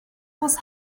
was